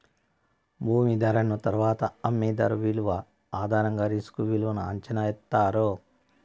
భూమి ధరను తరువాత అమ్మే ధర విలువ ఆధారంగా రిస్క్ విలువను అంచనా ఎత్తారు